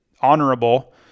honorable